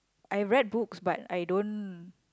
I read books but I don't